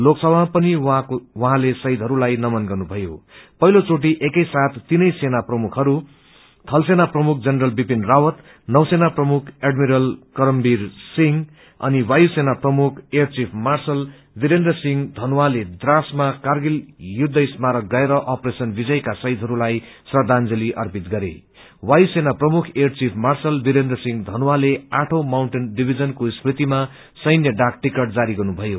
लोकसीाामा पनि उहाँले शहीदहरूलाई नमन गङ्गीयों पहिलो चोटि एकै साथ तीनै सेना प्रमुखहरू थल सेना प्रमुख जनरल विपिन राक्त नौसेना प्रमुख एडमिरल करमवीर सिंह अनि वायु सेना प्रमुख air chief marshal Virendra Singh धनोवाले द्रासमा कारगिल युद्ध स्मारकमा गएर अपरेशन विजयका शहीदहरूलाई श्रदाजंली अर्पित गरे वायुसेना प्रमुख air chief marshal Virendra Singh धनोवाले आठौ माउंटेन डिवीजनको स्मृतिमा सैन्य डाक टिकट जारी गर्नुभयो